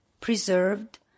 preserved